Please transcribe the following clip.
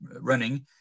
running